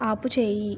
ఆపుచేయి